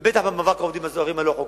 ובטח העובדים הזרים הלא-חוקיים.